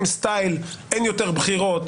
סטייל: אין יותר בחירות